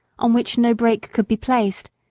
on which no brake could be placed,